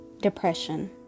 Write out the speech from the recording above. depression